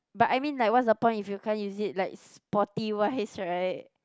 but I mean like what's the point if you can't use it like sporty wise right